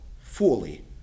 fully